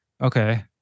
Okay